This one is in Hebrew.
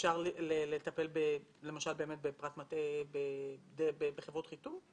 אפשר לטפל בפרט מטעה בחברות חיתום?